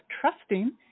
trusting